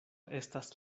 estas